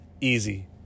easy